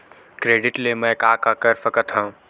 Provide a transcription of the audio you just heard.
Credit ले मैं का का कर सकत हंव?